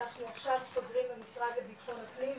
אנחנו עכשיו חוזרים למשרד לביטחון הפנים,